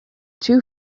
too